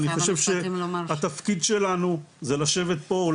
אני חושב שהתפקיד שלנו זה לשבת פה,